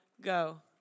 go